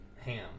Ham